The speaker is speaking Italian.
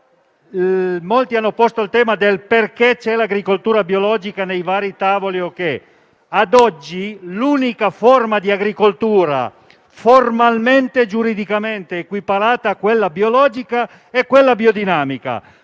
Molti hanno posto il tema del perché l'agricoltura biologica sia presente nei vari tavoli. Ad oggi l'unica forma di agricoltura formalmente e giuridicamente equiparata a quella biologica è quella biodinamica.